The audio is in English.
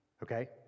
Okay